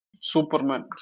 superman